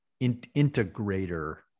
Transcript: integrator